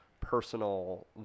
personal